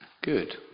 Good